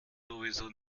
sowieso